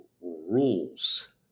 rules